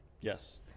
Yes